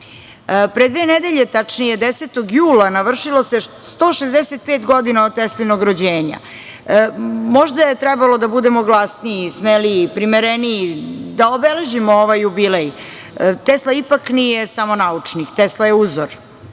dve nedelje, tačnije 10. jula, navršilo se 165 godina od Teslinog rođenja. Možda je trebalo da budemo glasniji, smeliji, primereniji, da obeležimo ovaj jubilej. Tesla ipak nije samo naučnik. Tesla je uzor,